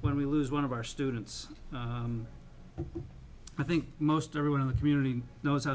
when we lose one of our students i think most everyone in the community knows how